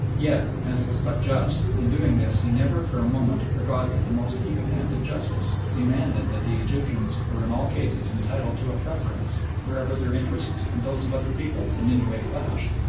yet, as was but just, in doing this he never for a moment forgot that the most even-handed justice demanded that the egyptians were in all cases entitled to a preference wherever their interests and those of other peoples in any way clashed.